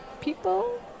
people